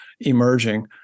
emerging